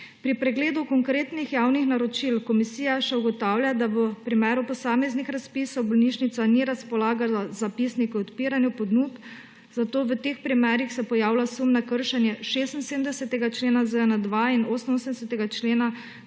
Pri pregledu konkretnih javnih naročil komisija še ugotavlja, da v primeru posameznih razpisov bolnišnica ni razpolagala z zapisniki o odpiranju ponudb, zato se v teh primerih pojavlja sum na kršenje 76. člena ZJN-2 in 80. člena